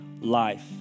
life